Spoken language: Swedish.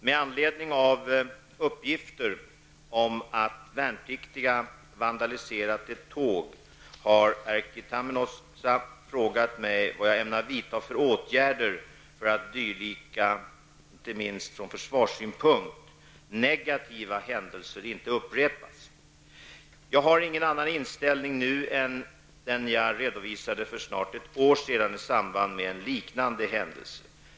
Herr talman! Med anledning av uppgifter om att värnpliktiga vandaliserat ett tåg har Erkki Tammenoksa frågat mig vad jag ämnar vidta för åtgärder för att dylika, inte minst från försvarssynpunkt, negativa händelser inte upprepas. Jag har ingen annan inställning nu än den jag redovisade för snart ett år sedan i samband med en liknande händelse.